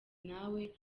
nawe